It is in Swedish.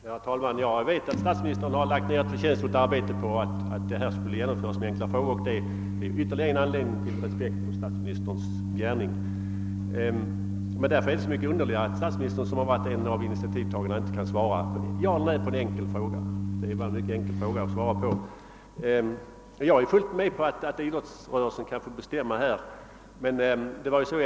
Herr talman! Jag vet att statsministern lagt ned ett förtjänstfullt arbete på frågeinstitutets införande, och det är ytterligare en anledning att hysa respekt för statsministerns gärning. Men det är då desto underligare att statsministern, som är en av initiativtagarna till frågeinstitutet, inte kunde svara ja eller nej på min enkla fråga av den 24 april. Jag är fullt införstådd med att idrottsrörelsen kan få bestämma i det aktuella fallet.